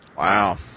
Wow